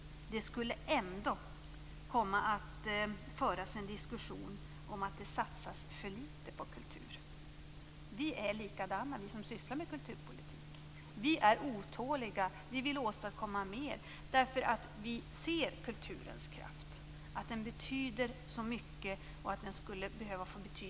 Det skulle ändå komma att föras en diskussion om att det satsas för litet på kultur. Vi som sysslar med kulturpolitik är likadana. Vi är otåliga. Vi vill åstadkomma mer, för vi ser kulturens kraft. Vi ser att den betyder så mycket och att den skulle få betyda ännu mer.